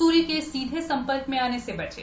सूर्य के सीधे संपर्क में आने से बचें